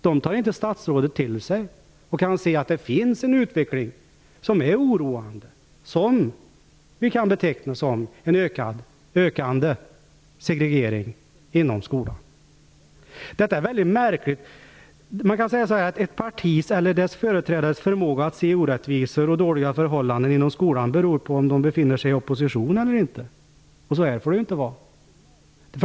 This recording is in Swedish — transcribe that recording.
Hon kan inte se att det finns en utveckling som är oroande och som kan betecknas som en ökande segregering inom skolan. Detta är väldigt märkligt. Ett partis företrädares förmåga att kunna se orättvisor och dåliga förhållanden i skolan beror tydligen på om de befinner sig i opposition eller inte. Så får det inte vara.